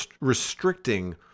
restricting